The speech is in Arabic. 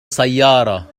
سيارة